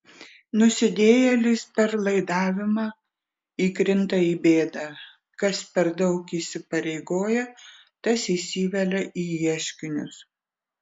nusidėjėlis per laidavimą įkrinta į bėdą kas per daug įsipareigoja tas įsivelia į ieškinius